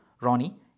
Ronnie